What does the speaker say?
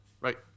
right